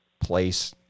place